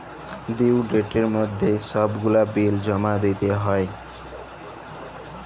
due ডেটের মইধ্যে ছব গুলা বিল জমা দিতে হ্যয়